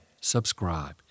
subscribe